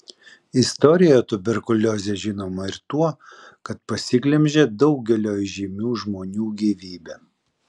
istorijoje tuberkuliozė žinoma ir tuo kad pasiglemžė daugelio įžymių žmonių gyvybę